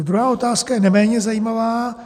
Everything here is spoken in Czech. Druhá otázka je neméně zajímavá.